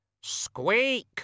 Squeak